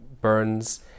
burns